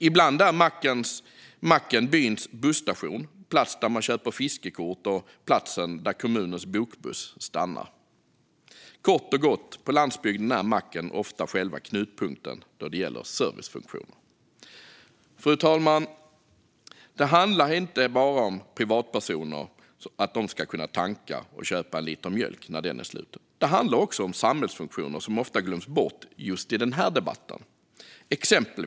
Ibland är macken byns busstation, platsen där man köper fiskekort och platsen där kommunens bokbuss stannar. Kort och gott - på landsbygden är macken ofta själva knutpunkten då det gäller servicefunktioner. Fru talman! Det handlar inte bara om att privatpersoner ska kunna tanka och köpa en liter mjölk när den är slut. Det handlar också om samhällsfunktioner som ofta glöms bort i just den här debatten.